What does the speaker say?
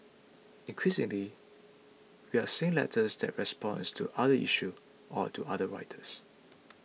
increasingly we are seeing letters that response to other issue or to other writers